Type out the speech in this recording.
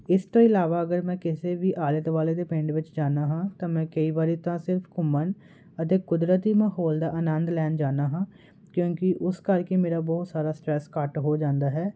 ਇਸ ਤੋਂ ਇਲਾਵਾ ਅਗਰ ਮੈਂ ਕਿਸੇ ਵੀ ਆਲੇ ਦੁਆਲੇ ਦੇ ਪਿੰਡ ਵਿੱਚ ਜਾਣਾ ਹਾਂ ਤਾਂ ਮੈਂ ਕਈ ਵਾਰ ਤਾਂ ਸਿਰਫ਼ ਘੁੰਮਣ ਅਤੇ ਕੁਦਰਤੀ ਮਾਹੌਲ ਦਾ ਆਨੰਦ ਲੈਣ ਜਾਂਦਾ ਹਾਂ ਕਿਉਂਕਿ ਉਸ ਕਰਕੇ ਮੇਰਾ ਬਹੁਤ ਸਾਰਾ ਸਟਰੈਸ ਘੱਟ ਹੋ ਜਾਂਦਾ ਹੈ